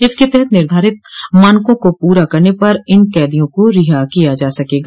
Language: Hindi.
इसके तहत निर्धारित मानकों को पूरा करने पर इन कैदियों को रिहा किया जा सकेगा